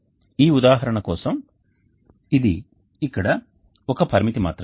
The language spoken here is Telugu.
ఈ ఉదాహరణ కోసం ఇది ఇక్కడ ఒక పరిమితి మాత్రమే